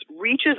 reaches